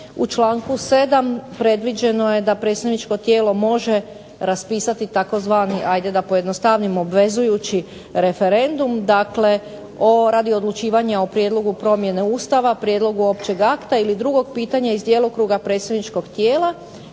U članku 7. predviđeno je da predstavničko tijelo može raspisati tzv. hajde da pojednostavnim obvezujući referendum, dakle o, radi odlučivanja o prijedlogu promjene Ustava, prijedlogu općeg akta ili drugog pitanja iz djelokruga predstavničkog tijela